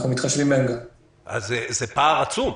אנחנו מתחשבים ב --- אז זה פער עצום.